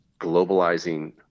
globalizing